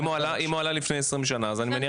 אם הוא עלה לפני 20 שנה אז אני מניח